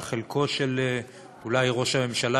על חלקו של ראש הממשלה,